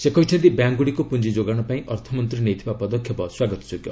ସେ କହିଛନ୍ତି ବ୍ୟାଙ୍କଗୁଡ଼ିକୁ ପୁଞ୍ଜି ଯୋଗାଣ ପାଇଁ ଅର୍ଥମନ୍ତ୍ରୀ ନେଇଥିବା ପଦକ୍ଷେପ ସ୍ୱାଗତଯୋଗ୍ୟ